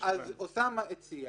אוסאמה סעדי הציע